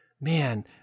man